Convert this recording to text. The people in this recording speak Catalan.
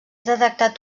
detectat